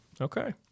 okay